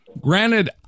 Granted